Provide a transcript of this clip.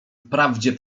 wprawdzie